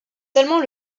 seulement